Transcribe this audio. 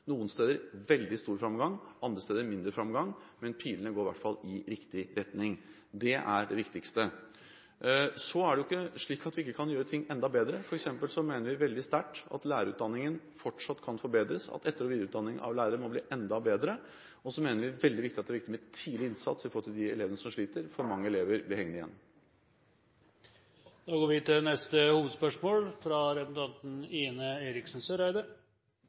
Noen steder er det veldig stor framgang, andre steder mindre framgang, men pilene går i hvert fall i riktig retning. Det er det viktigste. Men det er ikke slik at vi ikke kan gjøre ting enda bedre. For eksempel mener vi veldig sterkt at lærerutdanningen fortsatt kan forbedres, at etter- og videreutdanning av lærere må bli enda bedre, og at det er veldig viktig med tidlig innsats når det gjelder de elevene som sliter – for mange elever blir hengende igjen. Da går vi til neste hovedspørsmål.